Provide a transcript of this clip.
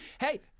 hey